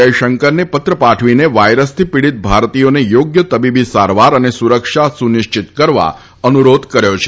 જયશંકરને પત્ર પાઠવીને વાયરસથી પીડિત ભારતીયોને યોગ્ય તબીબી સારવાર અને સુરક્ષા સુનિશ્વીત કરવા અનુરોધ કર્યો છે